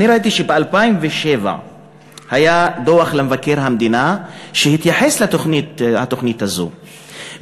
ראיתי שב-2007 דוח מבקר המדינה התייחס לתוכנית הזאת,